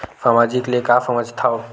सामाजिक ले का समझ थाव?